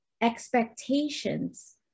expectations